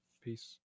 Peace